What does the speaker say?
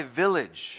village